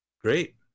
Great